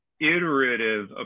iterative